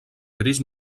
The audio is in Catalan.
gris